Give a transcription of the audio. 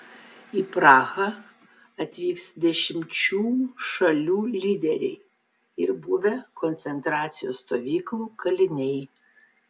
į prahą atvyks dešimčių šalių lyderiai ir buvę koncentracijos stovyklų kaliniai